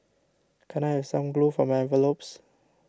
can I have some glue for my envelopes